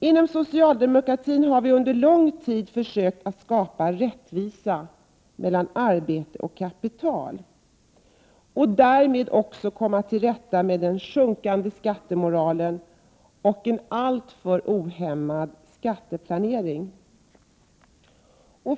Inom socialdemokratin har vi under lång tid försökt att skapa rättvisa mellan arbete och kapital och därmed också komma till rätta med den sjunkande skattemoralen och en alltför ohämmad skatteplanering.